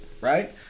right